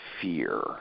fear